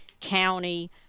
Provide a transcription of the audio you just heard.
county